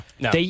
No